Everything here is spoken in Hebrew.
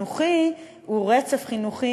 הממשיים שראינו בשנים האחרונות שהיא השיגה הוא הוספת הסייעת